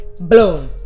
blown